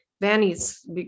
Vanny's